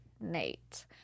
Nate